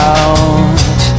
out